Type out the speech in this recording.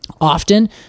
often